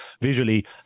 visually